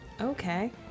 Okay